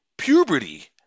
puberty